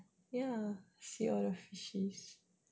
ya can see all the fishes